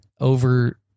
over